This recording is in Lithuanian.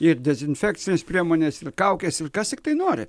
ir dezinfekcinės priemonės ir kaukės ir kas tiktai nori